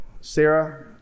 Sarah